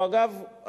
אגב,